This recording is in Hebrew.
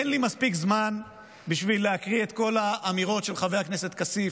אין לי מספיק זמן בשביל להקריא את כל האמירות של חבר הכנסת כסיף,